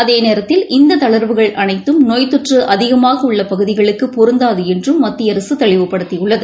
அதேநேரத்தில் இந்ததள்வுகள் அனைத்தும் நோய்த்தொற்றுஅதிகமாகஉள்ளபகுதிகளுக்குபொருந்தாதுஎன்றும் மத்திய அரசுதெளிவுபடுத்தியுள்ளது